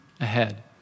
ahead